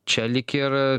čia lyg ir